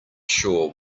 sure